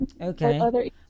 Okay